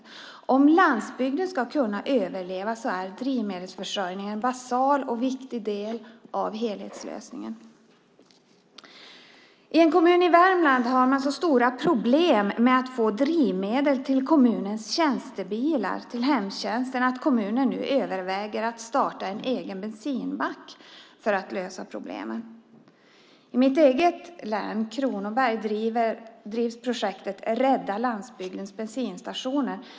För att landsbygden ska kunna överleva är drivmedelsförsörjningen en basal och viktig del av helhetslösningen. I en kommun i Värmland har man så stora problem med att få drivmedel till kommunens tjänstebilar i hemtjänsten att kommunen nu överväger att starta en egen bensinmack för att lösa problemen. I mitt hemlän, Kronobergs län, driver man projektet Rädda landsbygdens bensinstationer.